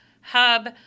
hub